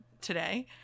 today